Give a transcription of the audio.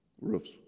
Roofs